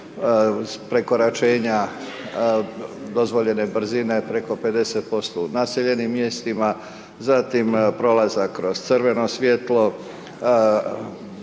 prekoračenja dozvoljene brzine preko 50% u naseljenim mjestima, zatim prolazak kroz crveno svjetlo,